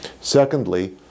Secondly